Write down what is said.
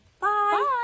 Bye